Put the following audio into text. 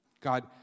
God